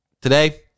today